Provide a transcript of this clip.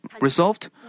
resolved